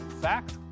Fact